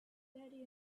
daddy